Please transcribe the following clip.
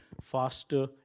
faster